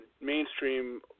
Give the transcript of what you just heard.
mainstream